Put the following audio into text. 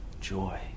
joy